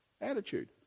Attitude